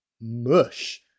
mush